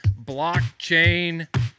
Blockchain